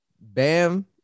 Bam